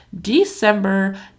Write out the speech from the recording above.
December